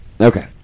Okay